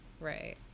Right